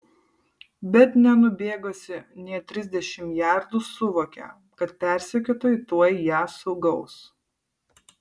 bet nenubėgusi nė trisdešimt jardų suvokė kad persekiotojai tuoj ją sugaus